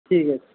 ঠিক আছে